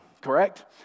correct